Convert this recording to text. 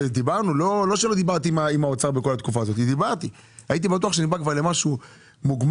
וזה לא שלא דיברתי עם האוצר בכל התקופה הזו שאני בא למשהו מוגמר,